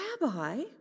Rabbi